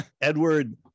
Edward